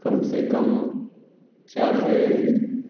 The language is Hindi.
कम से कम चार से